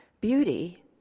Beauty